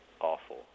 awful